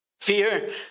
fear